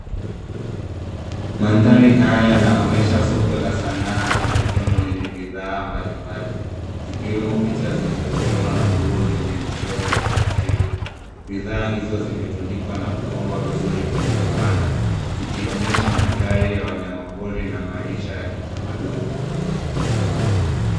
Maadhari haya yanaonyesha soko la sanaa za mikono lenye bidhaa mbali mbali zikiwemo picha zilizochorwa na nguo zilizochorwa kiafrika. Bidhaa hizo zimetundikwa na kupangwa vizuri kwenye vibanda . Zikionyesha maadhari ya wanyama pori na maisha ya kitamaduni.